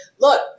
look